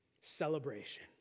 Celebration